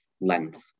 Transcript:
length